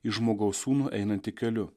į žmogaus sūnų einantį keliu